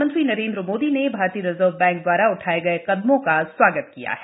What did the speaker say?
प्रधानमंत्री नरेन्द्र मोदी ने भारतीय रिजर्व बैंक दवारा उठाए गए कदमों का स्वागत किया है